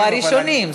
או הראשונים,